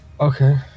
Okay